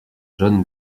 john